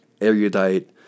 erudite